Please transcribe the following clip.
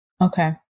Okay